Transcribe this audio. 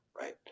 right